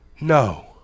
No